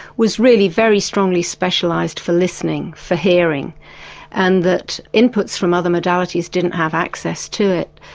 was really very strongly specialised for listening, for hearing and that inputs from other modalities didn't have access to it.